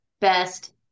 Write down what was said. best